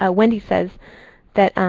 ah wendy says that